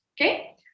okay